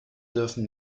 dürfen